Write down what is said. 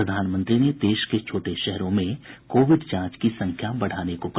प्रधानमंत्री ने देश के छोटे शहरों में कोविड जांच की संख्या बढ़ाने को कहा